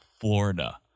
Florida